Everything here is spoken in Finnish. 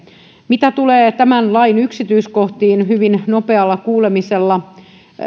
mitä tulee tämän lain yksityiskohtiin hyvin nopean kuulemisen perusteella niin